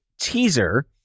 teaser